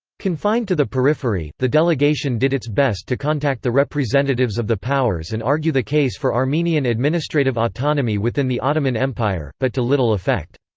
confined to the periphery, the delegation did its best to contact the representatives of the powers and argue the case for armenian administrative autonomy within the ottoman empire, but to little effect.